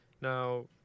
Now